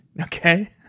Okay